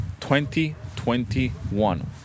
2021